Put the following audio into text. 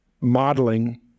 modeling